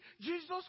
Jesus